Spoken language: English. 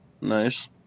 Nice